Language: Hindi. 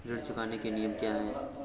ऋण चुकाने के नियम क्या हैं?